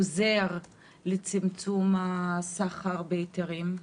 של אלמונסק, עוזר לצמצום הסחר בהיתרים?